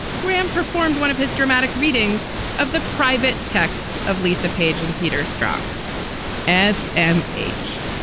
graham performed one of his dramatic readings of the private texts of lisa page and peter strock as an h.